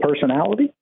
personality